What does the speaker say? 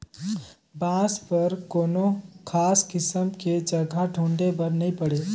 बांस बर कोनो खास किसम के जघा ढूंढे बर नई पड़े